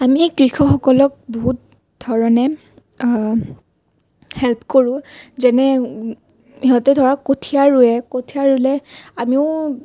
আমি কৃষকসকলক বহুত ধৰণে হেল্প কৰোঁ যেনে সিহঁতে ধৰক কঠিয়া ৰুৱে কঠিয়া ৰুলে আমিও